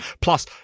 Plus